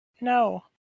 no